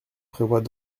prévoit